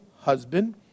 husband